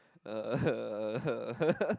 uh uh